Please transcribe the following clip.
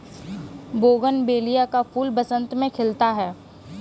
bougainvillea का फूल बसंत में खिलता है